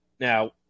Now